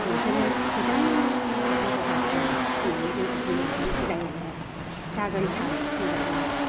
नोंसोरो मोजां बेबहार खालाम होननानै जोंखौ बुंलांबाय बुजायलांबाय जागोन सार होनबाय जोङो